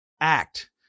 act